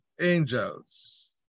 angels